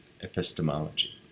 epistemology